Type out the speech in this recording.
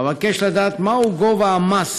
אבקש לדעת: מהו גובה המס